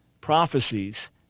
prophecies